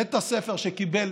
בית ספר שקיבל